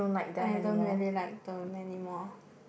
I don't really like them anymore